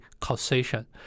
causation